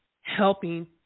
helping